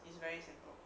is very simple